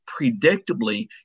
predictably